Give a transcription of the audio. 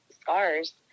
scars